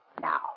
Now